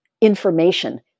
information